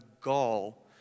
gall